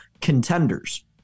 contenders